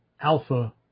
alpha